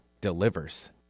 delivers